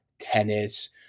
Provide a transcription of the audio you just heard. tennis